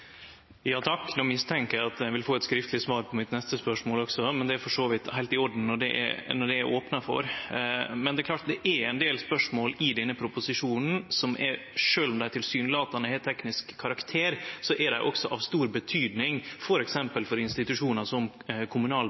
eg at eg vil få eit skriftleg svar på mitt neste spørsmål også, men det er for så vidt heilt i orden, når det er opna for det. Det er klart at det er ein del spørsmål i denne proposisjonen som sjølv om dei tilsynelatande er av teknisk karakter, også er av stor betyding f.eks. for institusjonar som